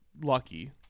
lucky